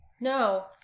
No